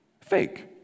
fake